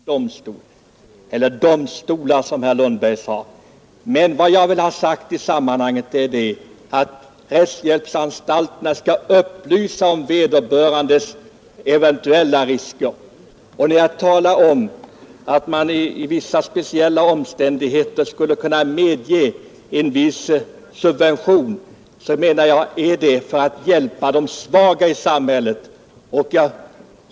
Herr talman! Jag ber om överseende för att jag på nytt tar till orda, men jag vill säga till herr Lundberg att det inte alls är meningen att rättshjälpsanstalterna skall vara något slags domstolar. Vad jag vill ha sagt i sammanhanget är att rättshjälpsanstalterna skall upplysa vederbörande om de eventuella risker som föreligger. När jag talar om att man under speciella omständigheter borde medge en viss subvention, är avsikten därmed att söka hjälpa de svaga i samhället.